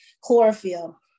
chlorophyll